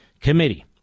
Committee